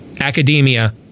academia